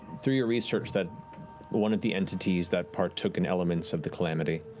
through your research, that one of the entities that partook in elements of the calamity.